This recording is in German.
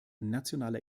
nationaler